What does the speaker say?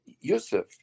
Yusuf